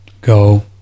go